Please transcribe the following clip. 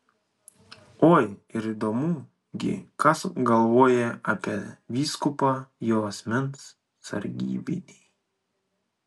oi ir įdomu gi ką galvoja apie vyskupą jo asmens sargybiniai